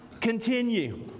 Continue